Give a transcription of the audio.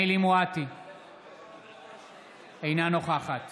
אינה נוכחת